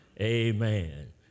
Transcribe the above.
amen